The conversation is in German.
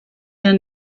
der